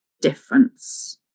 difference